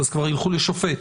אז כבר ילכו לשופט.